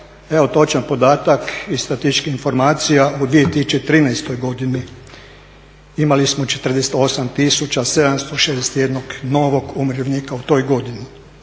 Evo točan podatak iz statističkih informacija, u 2013. godini imali smo 48 tisuća 761 novog umirovljenika u toj godini.